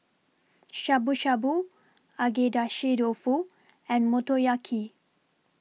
Shabu Shabu Agedashi Dofu and Motoyaki